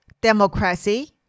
democracy